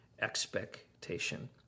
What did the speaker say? expectation